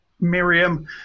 Miriam